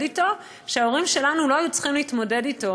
אתו וההורים שלנו לא היו צריכים להתמודד אתו.